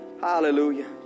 Hallelujah